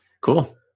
cool